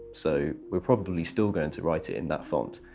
so we're probably still going to write it in that font.